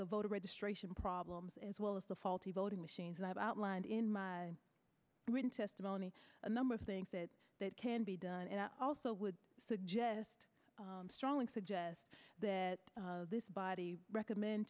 the voter registration problems as well as the faulty voting machines and i've outlined in my written testimony a number of things that that can be done and i also would suggest strongly suggest that this body recommend